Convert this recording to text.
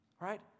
Right